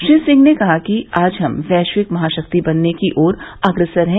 श्री सिंह ने कहा कि आज हम वैश्विक महाशक्ति बनने की ओर अग्रसर हैं